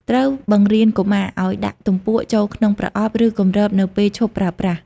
ត្រូវបង្រៀនកុមារឱ្យ ដាក់ទំពក់ ចូលក្នុងប្រអប់ ឬគម្របនៅពេលឈប់ប្រើប្រាស់។